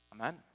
amen